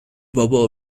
بابا